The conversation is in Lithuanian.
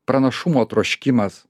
pranašumo troškimas